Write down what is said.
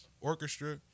orchestra